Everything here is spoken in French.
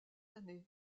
années